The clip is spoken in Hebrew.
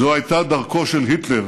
זו הייתה דרכו של היטלר